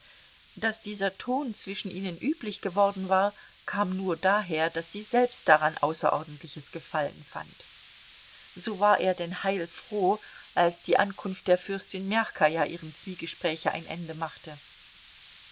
daß dieser ton zwischen ihnen üblich geworden war kam nur daher daß sie selbst daran außerordentliches gefallen fand so war er denn heilfroh als die ankunft der fürstin mjachkaja ihrem zwiegespräch ein ende machte